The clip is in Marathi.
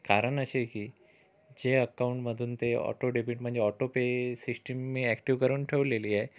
कारण असे आहे की जे अकाउंटमधून ते ऑटो डेबिट म्हणजे ऑटोपे सिस्टिम मी ऍक्टिव्ह करून ठेवलेली आहे